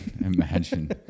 Imagine